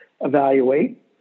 evaluate